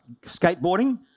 skateboarding